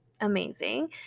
amazing